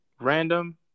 random